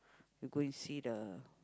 you go and see the